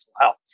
health